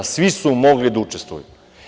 Svi su mogli da učestvuju.